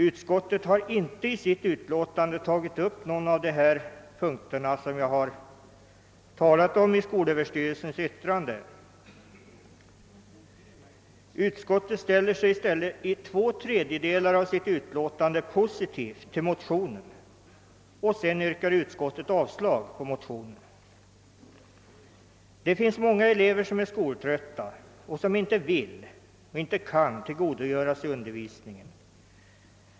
Utskottet har inte i sitt utlåtande tagit upp någon av de punkter i skolöverstyrelsens yttrande som jag talat om. Det ställer sig tvärtom i två tredjedelar av sitt utlåtande positivt till motionen — och yrkar sedan avslag på denna. Det finns många elever som är skoltrötta och inte vill eller kan tillgodogöra sig undervisningen.